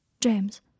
James